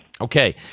Okay